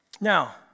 Now